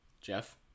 Jeff